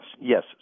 yes